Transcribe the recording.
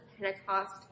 Pentecost